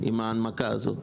עם ההנמקה הזאת.